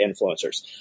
influencers